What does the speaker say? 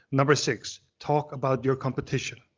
number six, talk about your competition.